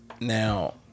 now